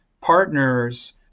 partners